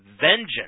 vengeance